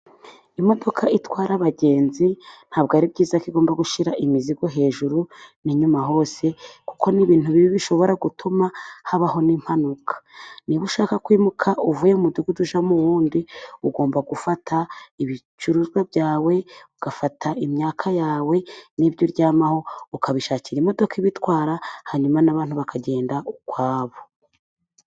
Imodoka itwara abagenzi ntabwo ari byiza ko igomba gushyira imizigo hejuru n'inyuma hose kuko n'ibintu bibi bishobora gutuma habaho n'impanuka. Niba ushaka kwimuka uvuye mu mudugudu ujya mu wundi ugomba gufata ibicuruzwa byawe ,ugafata imyaka yawe n'ibyo uryamaho, ukabishakira imodoka ibitwara hanyuma n'abantu bakagenda ukwabo.